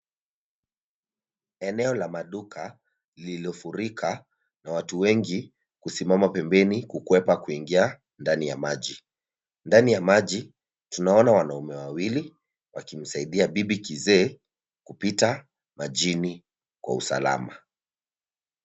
Eneo la maduka lililofurika na watu wengi kusimama pembeni kukwepa kuingia ndani ya maji. Ndani ya maji tunaona wanaume wawili wakimsaidia bibi kizee kupita majini kwa usalama.